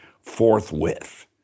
forthwith